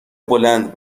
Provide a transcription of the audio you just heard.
بلند